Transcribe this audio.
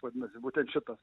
vadinasi būtent šitas